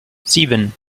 sieben